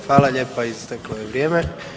Hvala lijepa, isteklo je vrijeme.